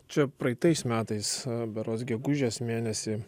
čia praeitais metais berods gegužės mėnesį